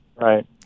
Right